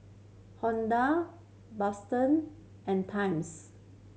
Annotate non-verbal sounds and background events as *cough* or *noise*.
Honda *unintelligible* and Times